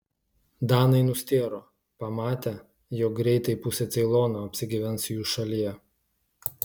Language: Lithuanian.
danai nustėro pamatę jog greitai pusė ceilono apsigyvens jų šalyje